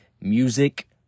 Music